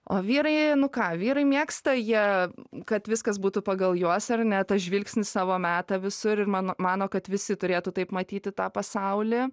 o vyrai nu ką vyrai mėgsta jie kad viskas būtų pagal juos ar ne tą žvilgsnį savo meta visur ir mano mano kad visi turėtų taip matyti tą pasaulį